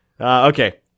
Okay